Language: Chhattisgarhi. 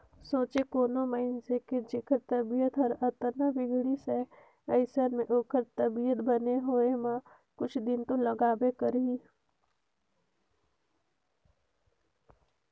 सोंचे कोनो मइनसे के जेखर तबीयत हर अतना बिगड़िस हे अइसन में ओखर तबीयत बने होए म कुछ दिन तो लागबे करही